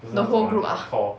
the whole group ah